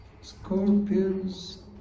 scorpions